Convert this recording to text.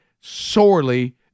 sorely